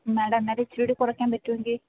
madam അത് ഇച്ചിരികൂടി കുറയ്ക്കാൻ പറ്റുമെങ്കിൽ